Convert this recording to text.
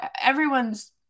everyone's